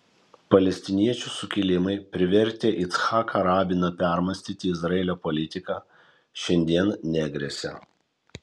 palestiniečių sukilimai privertę yitzhaką rabiną permąstyti izraelio politiką šiandien negresia